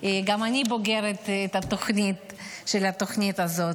גם אני בוגרת התוכנית הזאת,